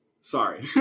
Sorry